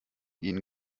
ihnen